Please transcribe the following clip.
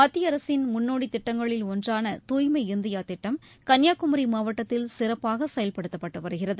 மத்திய அரசின் முன்னோடி திட்டங்களில் ஒன்றான தூய்மை இந்தியா திட்டம் கன்னியாகுமரி மாவட்டத்தில் சிறப்பாக செயல்படுத்தப்பட்டு வருகிறது